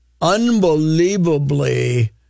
unbelievably